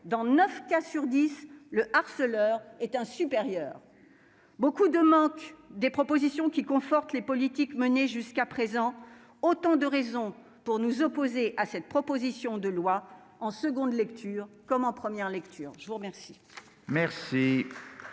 dans neuf cas sur dix, le harceleur était un supérieur. Beaucoup de manques, des propositions qui confortent les politiques menées jusqu'à présent : autant de raisons pour nous opposer à cette proposition de loi en nouvelle lecture comme en première lecture. La parole